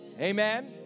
amen